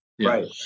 Right